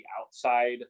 outside